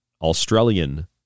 Australian